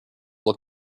look